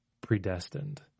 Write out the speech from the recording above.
predestined